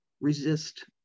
resist